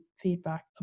feedback